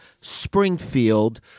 Springfield